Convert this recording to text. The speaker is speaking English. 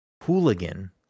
Hooligan